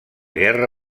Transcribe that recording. guerra